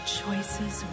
choices